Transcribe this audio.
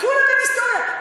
וכולם היסטוריה,